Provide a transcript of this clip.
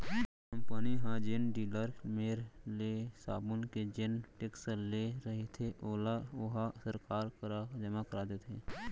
company ह जेन dealer मेर ले साबून के जेन टेक्स ले रहिथे ओला ओहा सरकार करा जमा करा देथे